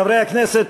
חברי הכנסת,